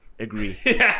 agree